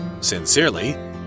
Sincerely